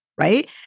Right